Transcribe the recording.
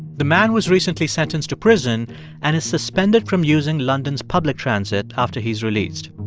the man was recently sentenced to prison and is suspended from using london's public transit after he's released